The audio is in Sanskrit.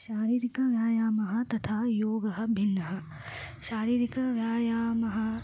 शारीरिकः व्यायामः तथा योगः भिन्नः शारीरिकः व्यायामः